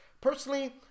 Personally